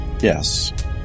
yes